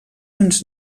uns